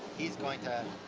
he is going to,